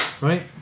right